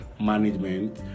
management